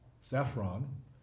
saffron